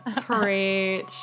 Preach